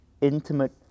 intimate